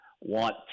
want